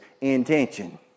intention